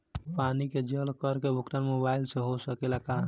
पानी के जल कर के भुगतान मोबाइल से हो सकेला का?